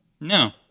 no